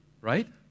Right